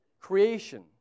Creation